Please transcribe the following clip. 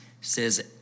says